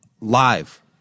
live